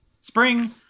Spring